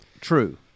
true